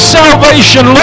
salvation